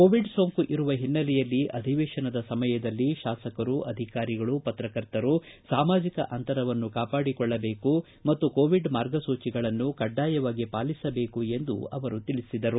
Covid ಸೋಂಕು ಇರುವ ಹಿನ್ನೆಲೆಯಲ್ಲಿ ಅಧಿವೇಶನದ ಸಮಯದಲ್ಲಿ ಶಾಸಕರು ಅಧಿಕಾರಿಗಳು ಪತ್ರಕರ್ತರು ಸಾಮಾಜಿಕ ಅಂತರವನ್ನು ಕಾಪಾಡಿಕೊಳ್ಳಬೇಕು ಮತ್ತು ಕೋವಿಡ್ ಮಾರ್ಗಸೂಚಿಗಳನ್ನು ಕಡ್ಡಾಯವಾಗಿ ಪಾಲಿಸಬೇಕು ಎಂದು ಅವರು ತಿಳಿಸಿದರು